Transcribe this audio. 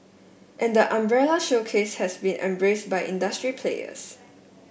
and the umbrella showcase has been embraced by industry players